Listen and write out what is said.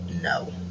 No